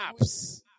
apps